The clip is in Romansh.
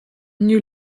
gnü